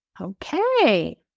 Okay